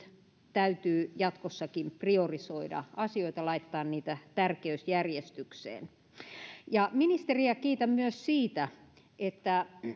täytyy jatkossakin priorisoida asioita laittaa niitä tärkeysjärjestykseen ministeriä kiitän myös siitä että